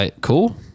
cool